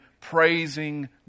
praising